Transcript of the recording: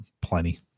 Plenty